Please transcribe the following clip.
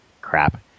crap